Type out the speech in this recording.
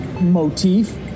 motif